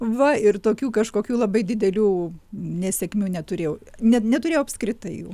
va ir tokių kažkokių labai didelių nesėkmių neturėjau ne neturėjau apskritai jų